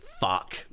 Fuck